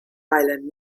island